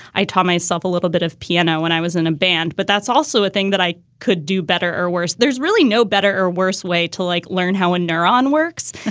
i taught myself a little bit of piano when i was in a band, but that's also a thing that i could do better or worse. there's really no better or worse way to, like, learn how a neuron works.